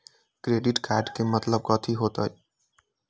Credit card के मतलब कथी होई?